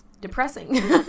depressing